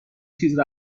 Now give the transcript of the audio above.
چیز